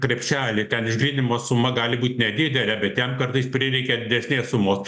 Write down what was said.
krepšelį ten išgryninimo suma gali būt nedidelė bet ten kartais prireikia didesnės sumos